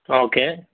okay